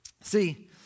See